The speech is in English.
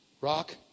rock